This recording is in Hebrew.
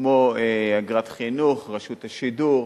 כמו אגרת חינוך, רשות השידור,